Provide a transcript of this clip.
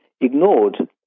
ignored